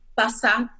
passar